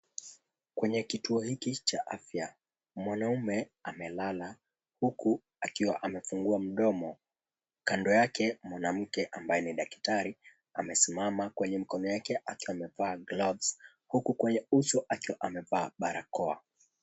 Kwenye kituo hiki cha afya, mwanaume amelala huku akiwa amefungua mdomo. Kando yake kuna mke ambaye ni daktari amesimama kwenye mikono yake akiwa amevaa gloves huku kwenye uso akiwa amevaa barakoa.